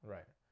Right